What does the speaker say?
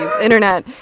Internet